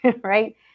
right